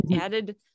added